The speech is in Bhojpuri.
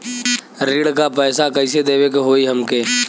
ऋण का पैसा कइसे देवे के होई हमके?